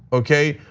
okay?